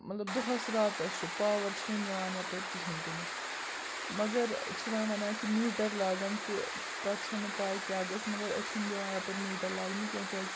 مطلب دۄہَس راتَس چھُ پاوَر چھِنہٕ نِوان یَپٲرۍ کِہیٖنۍ تہِ نہٕ مگر چھِ وۄنۍ وَنان کہِ میٖٹَر لاگَن تہِ پَتہٕ چھَنہٕ پاے کیٛاہ گژھہِ مگر أسۍ چھِنہٕ دِوان یَپٲرۍ میٖٹَر لاگنہٕ کیٚنٛہہ کیٛازِکہِ